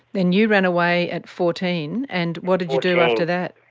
then you ran away at fourteen, and what did you do after that?